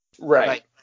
Right